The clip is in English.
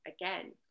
again